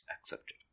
accepted